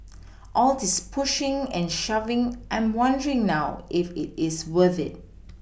all this pushing and shoving I'm wondering now if it is worth it